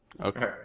Okay